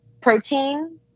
protein